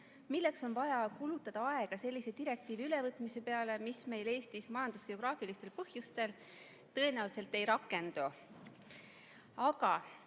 milleks on vaja kulutada aega sellise direktiivi ülevõtmise peale, mis meil Eestis majandusgeograafilistel põhjustel tõenäoliselt ei rakendu.